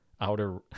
outer